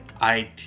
I-